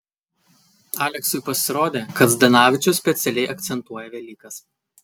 aleksui pasirodė kad zdanavičius specialiai akcentuoja velykas